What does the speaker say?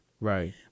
Right